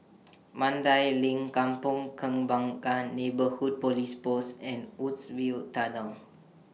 Mandai LINK Kampong Kembangan Neighbourhood Police Post and Woodsville Tunnel